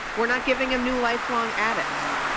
were not giving him new lifelong ah products.